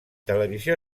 televisió